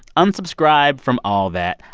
unsubscribe from all that.